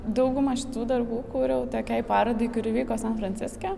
dauguma šitų darbų kūriau tokiai parodai kuri vyko san franciske